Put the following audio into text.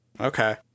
Okay